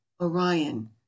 Orion